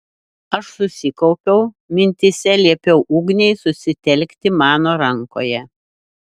aš susikaupiau mintyse liepiau ugniai susitelkti mano rankoje